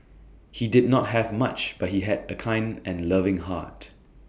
he did not have much but he had A kind and loving heart